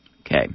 Okay